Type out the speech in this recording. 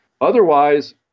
Otherwise